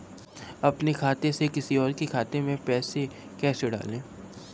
अपने खाते से किसी और के खाते में पैसे कैसे डालें?